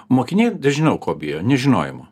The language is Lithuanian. mokiniai žinau ko bijo nežinojimo